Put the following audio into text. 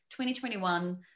2021